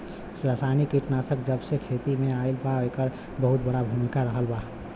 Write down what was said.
रासायनिक कीटनाशक जबसे खेती में आईल बा येकर बहुत बड़ा भूमिका रहलबा